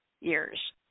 years